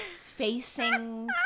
facing